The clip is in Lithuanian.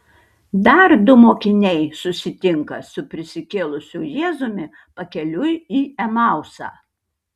dar du mokiniai susitinka su prisikėlusiu jėzumi pakeliui į emausą